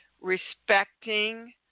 respecting